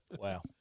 Wow